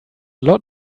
lot